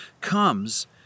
comes